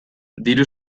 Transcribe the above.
diru